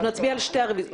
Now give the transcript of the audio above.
אנחנו נצביע על שתי הרביזיות.